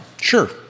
Sure